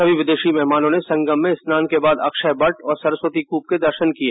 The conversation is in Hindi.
सभी विदेशी मेहमानों ने संगम में स्नान के साथ अक्षय वट और सरस्वती कूप के दर्शन किये